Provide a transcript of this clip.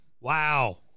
wow